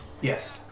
Yes